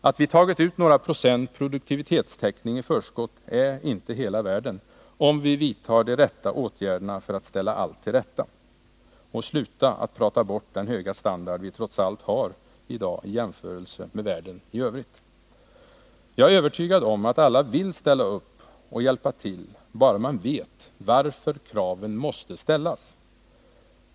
Att vi har tagit ut några procents produktivitetstäckning i förskott är inte hela världen, om vi vidtar de rätta åtgärderna för att ställa allt till rätta och slutar att prata bort den höga standard vi trots allt ännu har jämfört med världen i övrigt. Jag är övertygad om att alla vill ställa upp och hjälpa till bara de vet varför kraven måste ställas.